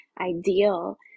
ideal